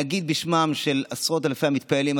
להגיד בשמם של עשרות אלפי המתפללים,